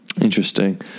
Interesting